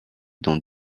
dans